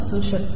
असू शकते